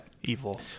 Evil